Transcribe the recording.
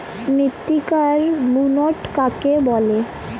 মৃত্তিকার বুনট কাকে বলে?